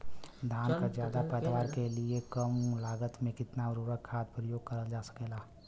धान क ज्यादा पैदावार के लिए कम लागत में कितना उर्वरक खाद प्रयोग करल जा सकेला?